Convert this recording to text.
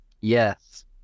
Yes